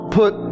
put